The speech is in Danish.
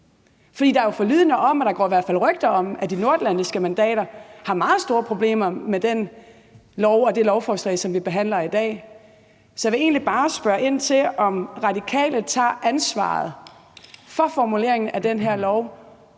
i hvert fald rygter om – at de nordatlantiske mandater har meget store problemer med det lovforslag, som vi behandler i dag. Så jeg vil egentlig bare spørge ind til, om Radikale tager ansvaret for formuleringen af det her